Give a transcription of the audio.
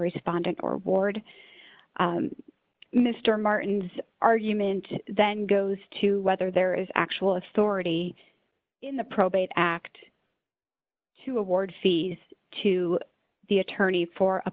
responding or ward mr martin's argument then goes to whether there is actual authority in the probate act to award fees to the attorney for a